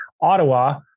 Ottawa